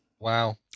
Wow